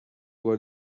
بار